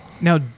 Now